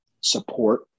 support